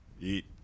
Eat